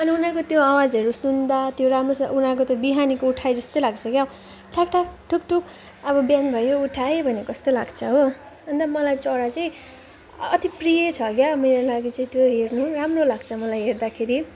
अनि उनीहरूको त्यो आवाजहरू सुन्दा त्यो राम्रोसँग उनीहरूको त्यो बिहानीको उठाइ जस्तै लाग्छ क्या ठ्याक्ठ्याक् ठुक्ठुक् अब बिहान भयो उठ है भनेको जस्तो लाग्छ हो अन्त मलाई चरा चाहिँ अति प्रिय छ क्या मेरो लागि चाहिँ त्यो हेर्नु राम्रो लाग्छ मलाई हेर्दाखेरि